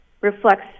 reflects